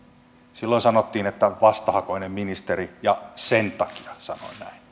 silloin sanottiin että vastahakoinen ministeri ja sen takia sanoin näin